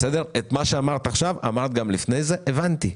את מה שאמרת עכשיו, אמרת גם לפני זה, הבנתי.